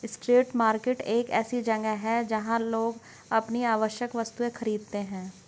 street market एक ऐसी जगह है जहां लोग अपनी आवश्यक वस्तुएं खरीदते हैं